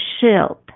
shield